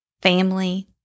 family